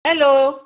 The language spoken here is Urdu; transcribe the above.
ہیلو